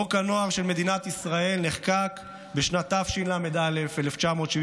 חוק הנוער של מדינת ישראל נחקק בשנת תשל"א 1971,